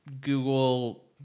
Google